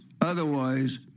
Otherwise